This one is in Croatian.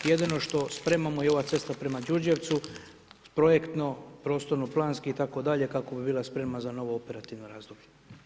Jedino što spremamo i ova cesta prema Đurđevcu, projektno, prostorno planski itd., kako bi bila spremna za novo operativno razdoblje.